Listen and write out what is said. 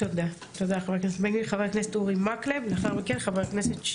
תודה, חבר הכנסת בן גביר.